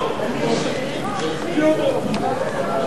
אני קורא אותך לסדר פעם שנייה.